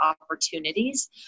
opportunities